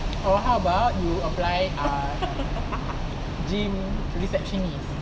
or how about you apply ah gym receptionist